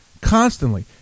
constantly